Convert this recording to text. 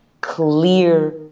clear